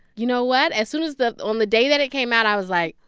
you know what? as soon as the on the day that it came out, i was like,